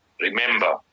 remember